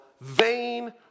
vain